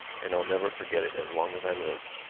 and i'll never forget it as long as i live.